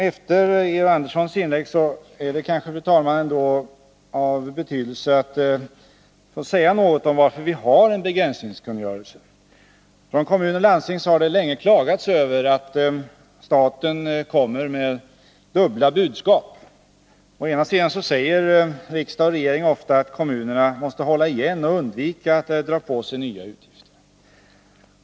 Efter Georg Anderssons inlägg är det, fru talman, kanske ändå av betydelse att säga någonting om varför vi har en begränsningskungörelse. Från kommunoch landstingshåll har det länge klagats över att staten kommer med dubbla budskap. Å ena sidan säger riksdag och regering ofta att kommunerna måste hålla igen sina utgifter och undvika att dra på sig nya.